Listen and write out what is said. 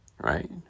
right